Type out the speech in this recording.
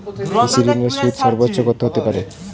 কৃষিঋণের সুদ সর্বোচ্চ কত হতে পারে?